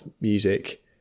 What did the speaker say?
music